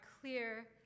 clear